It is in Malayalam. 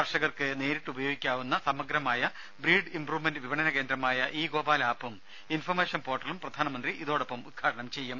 കർഷകർക്ക് നേരിട്ട് ഉപയോഗിക്കാവുന്ന സമഗ്രമായ ബ്രീഡ് ഇംപ്രൂവ്മെന്റ് വിപണന കേന്ദ്രമായ ഇ ഗോപാല ആപ്പും ഇൻഫർമേഷൻ പോർട്ടലും പ്രധാനമന്ത്രി ഇതോടൊപ്പം ഉദ്ഘാടനം ചെയ്യും